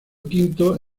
quinto